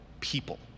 people